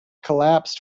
collapsed